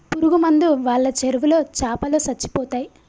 పురుగు మందు వాళ్ళ చెరువులో చాపలో సచ్చిపోతయ్